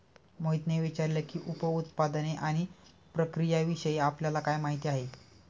मोहितने विचारले की, उप उत्पादने आणि प्रक्रियाविषयी आपल्याला काय माहिती आहे?